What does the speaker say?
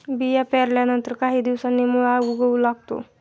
बिया पेरल्यानंतर काही दिवसांनी मुळा उगवू लागतो